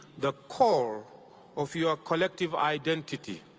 the call of your collective identity.